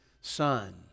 son